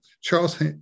Charles